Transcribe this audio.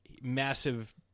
massive